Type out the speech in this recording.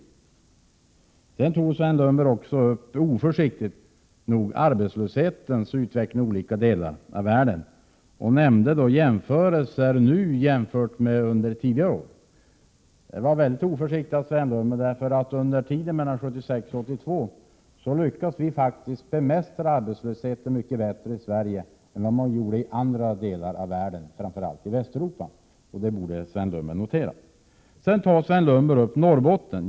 Sven Lundberg tog oförsiktigt nog också upp arbetslöshetens utveckling i olika delar av världen och jämförde nuvarande förhållanden med läget under tidigare år. Under tiden 1976-1982 lyckades vi faktiskt bemästra arbetslösheten mycket bättre i Sverige än vad man gjorde i andra delar av världen, framför allt i Västeuropa, och det borde Sven Lundberg notera. Vidare nämnde Sven Lundberg Norrbotten.